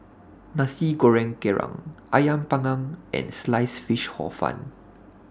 Nasi Goreng Kerang Ayam Panggang and Sliced Fish Hor Fun